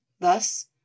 Thus